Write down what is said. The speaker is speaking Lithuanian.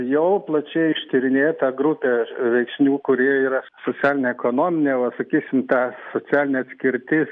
jau plačiai ištyrinėta grupė veiksnių kurie yra socialinė ekonominė va sakysim ta socialinė atskirtis